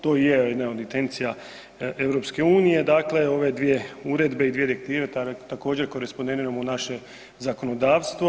To i je jedna od intencija EU, dakle, ove dvije uredbe i svije direktive također, korespondiramo u naše zakonodavstvo.